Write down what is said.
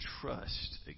trust